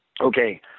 Okay